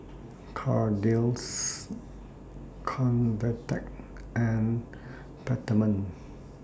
Kordel's Convatec and Peptamen